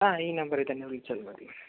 ആ ഈ നമ്പറിൽ തന്നെ വിളിച്ചാൽ മതി